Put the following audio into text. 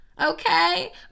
Okay